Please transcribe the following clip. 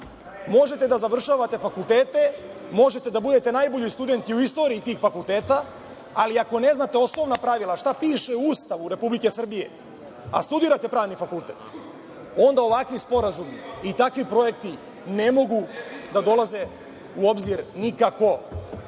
Možete da završavate fakultete, možete da budete najbolji studenti u istoriji tih fakulteta, ali ako ne znate osnovna pravila šta piše u Ustavu Republike Srbije, a studirate pravni fakultet, onda ovakvi sporazumi i takvi projekti ne mogu da dolaze u obzir nikako. Tu